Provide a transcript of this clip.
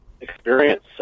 experience